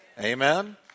Amen